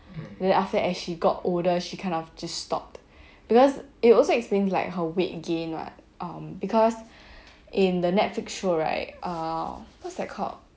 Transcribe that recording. then after that as she got older she kind of just stopped because it also explains like her weight gain what um because in the netflix show right err what's that called